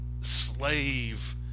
slave